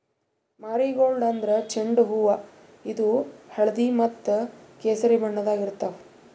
marigold ಅಂದ್ರ ಚೆಂಡು ಹೂವಾ ಇದು ಹಳ್ದಿ ಮತ್ತ್ ಕೆಸರಿ ಬಣ್ಣದಾಗ್ ಇರ್ತವ್